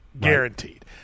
guaranteed